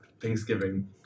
Thanksgiving –